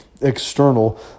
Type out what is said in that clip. external